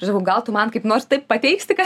sakau gal tu man kaip nors taip pateiksikad